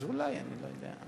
אז אולי, אני לא יודע.